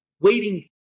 waiting